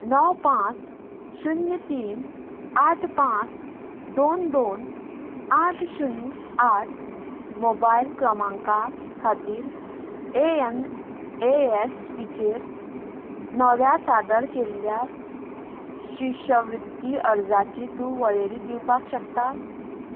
णव पांच शुन्य तीन आठ पांच दोन दोन आठ शुन्य आठ मोबायल क्रमांका खातीर एएनएएसीपीचेर नव्यान सादर केल्ल्या शिश्यवृत्ती अर्जाची तूं वळेरी दिवपाक शकता